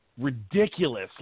ridiculous